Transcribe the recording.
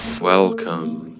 Welcome